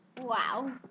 Wow